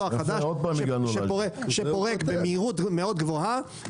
מסוע חדש שפורק במהירות מאוד גבוהה.